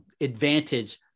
advantage